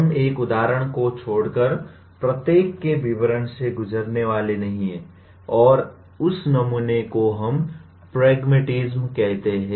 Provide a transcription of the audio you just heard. हम एक के उदाहरण को छोड़कर प्रत्येक के विवरण से गुजरने वाले नहीं हैं और उस नमूने को हम प्रैग्मैटिस्म कहते हैं